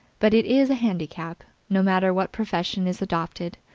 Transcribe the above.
but it is a handicap, no matter what profession is adopted.